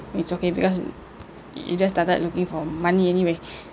it's okay because you just started looking for money anyway